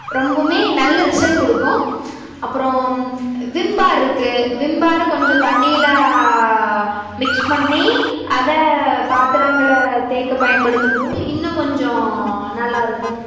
ரொம்பவுமே நல்ல ரிசல்ட் கொடுக்கும் அப்புறோம் விம் பார்ருக்கு விம்பாரை கொஞ்சம் தண்ணியில் மிக்ஸ் பண்ணி அதை பாத்திரங்களை தேக்க பயன்படுத்தும்போது இன்னும் கொஞ்சம் நல்லாயிருக்கும்